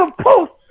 post